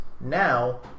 Now